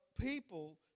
people